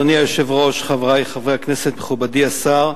אדוני היושב-ראש, חברי חברי הכנסת, מכובדי השר,